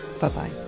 Bye-bye